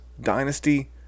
dynasty